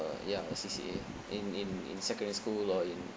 ya C_C_A in in in secondary school or in